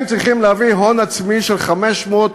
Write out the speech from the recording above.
הם צריכים להביא הון עצמי של 500,000,